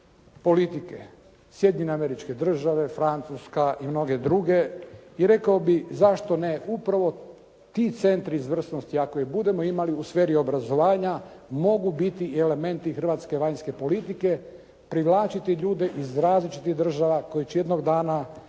politike, Sjedinjene Američke Države, Francuska i mnoge druge. I rekao bih zašto ne, upravo ti centri izvrsnosti, ako i budemo imali u sferi obrazovanja mogu biti i elementi hrvatske vanjske politike, privlačiti ljude iz različitih država koji će jednog dana